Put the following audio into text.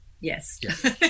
Yes